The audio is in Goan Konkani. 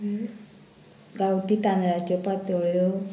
गांवटी तांदळाच्यो पातोळ्यो